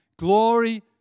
Glory